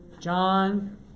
John